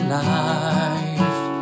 life